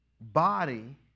body